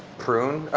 prune?